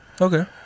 Okay